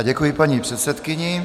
Děkuji paní předsedkyni.